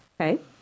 Okay